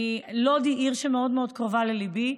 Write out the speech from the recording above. לוד היא עיר שמאוד מאוד קרובה לליבי,